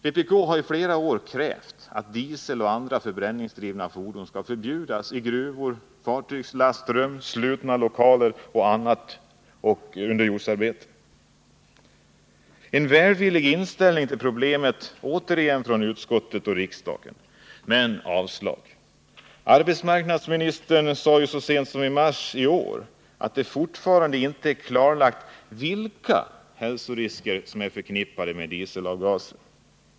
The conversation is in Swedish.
Vpk har i flera år krävt att dieseldrivna och andra förbränningsmotordrivna fordon skall förbjudas i fartygslastrum, slutna lokaler och gruvor samt vid andra underjordsarbeten. Det har från utskottet och riksdagen funnits en välvillig inställning till problemet, men yrkandet har avslagits. Arbetsmarknadsministern sade så sent som i mars i år att det fortfarande inte är klarlagt vilka hälsorisker som är förknippade med dieselavgaser.